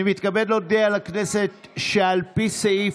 אני מתכבד להודיע לכנסת שעל פי סעיף,